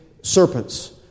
serpents